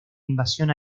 invasión